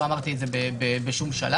לא אמרתי את זה בשום שלב.